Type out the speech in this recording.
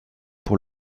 pour